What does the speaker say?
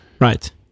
Right